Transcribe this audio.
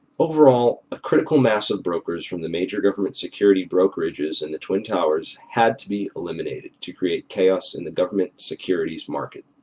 overall a critical mass of brokers from the major government security brokerages in the twin towers had to be eliminated to create chaos in the government securities market.